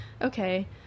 okay